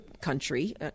country